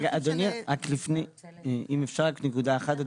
אדוני, אם אפשר לפני כן להעלות נקודה אחת.